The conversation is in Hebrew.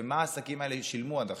ומה העסקים האלה שילמו עד עכשיו.